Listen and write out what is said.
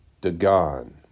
Dagon